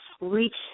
reach